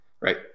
right